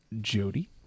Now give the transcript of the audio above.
Jody